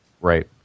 Right